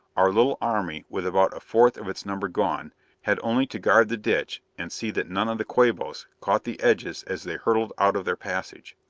our little army with about a fourth of its number gone had only to guard the ditch and see that none of the quabos caught the edges as they hurtled out of their passage.